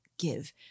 give